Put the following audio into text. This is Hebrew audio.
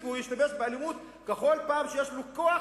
והוא ישתמש באלימות בכל פעם שיש לו כוח,